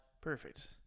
perfect